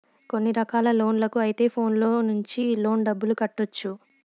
కొన్ని రకాల లోన్లకు అయితే ఫోన్లో నుంచి లోన్ డబ్బులు కట్టొచ్చు